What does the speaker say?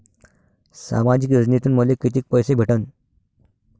सामाजिक योजनेतून मले कितीक पैसे भेटन?